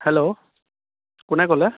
hello কোনে ক'লে